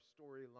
storyline